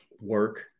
work